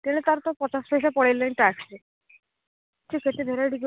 ତେଣୁ ତା'ର ତ ପଚାଶ ପଇସା ପଳେଇଲେଣି ଟାକ୍ସରେ ସେ କେତେ ଭେରାଇଟି